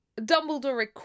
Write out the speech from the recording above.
Dumbledore